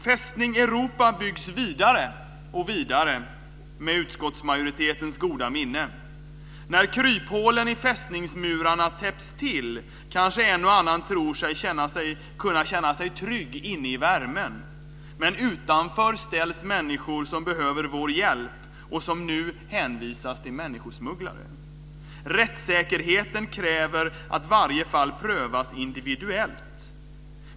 Fästning Europa byggs vidare, med utskottsmajoritetens goda minne. När kryphålen i fästningsmurarna täpps till kanske en och annan tror sig kunna känna sig trygg inne i värmen. Men utanför ställs människor som behöver vår hjälp och som nu hänvisas till människosmugglare. Rättssäkerheten kräver att varje fall prövas individuellt.